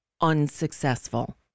unsuccessful